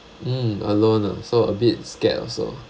mm alone ah so a bit scared also